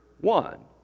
one